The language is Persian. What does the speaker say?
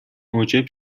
موجب